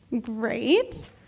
Great